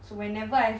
so whenever I've